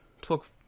talk